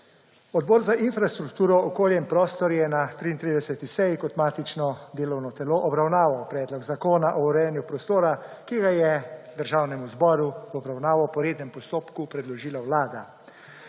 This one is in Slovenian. Odbor za infrastrukturo, okolje in prostor je na 33. seji kot matično delovno telo obravnaval Predlog zakona o urejanju prostora, ki ga je Državnemu zboru v obravnavo po rednem postopku predložila Vlada.